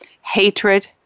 hatred